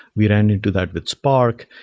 we ran into that with spark.